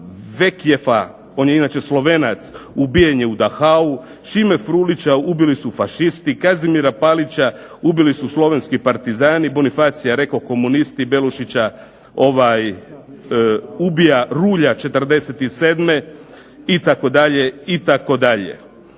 Vekjefa, on je inače Slovenac ubijen je u Dachau, Šime Frulića ubili su fašisti, Kazimira Palića ubili su slovenski partizani, Bonifacija rekoh komunisti, Belušića ubija rulja '47., itd., itd.